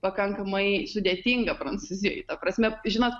pakankamai sudėtinga prancūzijoj ta prasme žinot